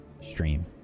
stream